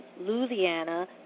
Louisiana